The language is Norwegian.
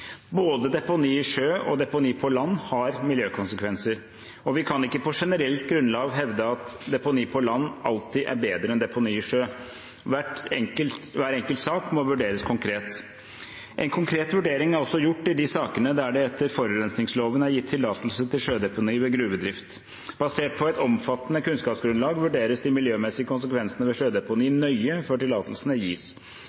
Både deponi i sjø og deponi på land har miljøkonsekvenser, og vi kan ikke på generelt grunnlag hevde at deponi på land alltid er bedre enn deponi i sjø. Hver enkelt sak må vurderes konkret. En konkret vurdering er også gjort i de sakene der det etter forurensingsloven er gitt tillatelse til sjødeponi ved gruvedrift. Basert på et omfattende kunnskapsgrunnlag vurderes de miljømessige konsekvensene ved